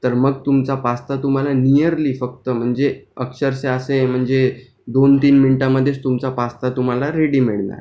तर मग तुमचा पास्ता तुम्हाला निअरली फक्त म्हणजे अक्षरशः असे म्हणजे दोनतीन मिनिटामध्येच तुमचा पास्ता तुम्हाला रेडी मिळणार